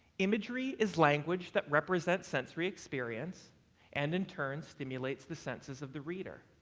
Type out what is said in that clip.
imagery is language that represents sensory experience and in turn stimulates the senses of the reader.